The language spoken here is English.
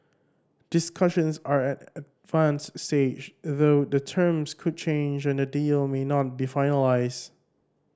discussions are at an advanced stage though the terms could change and the deal may not be finalised